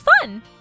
fun